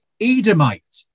Edomite